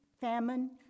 famine